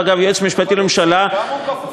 אגב, גם הוא כפוף לחוק.